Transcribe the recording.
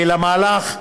למהלך.